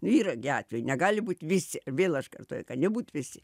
nu yra gi atvejų negali būt visi vėl aš kartoju kad nebūt visi